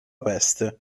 peste